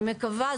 אני מקווה,